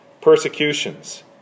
persecutions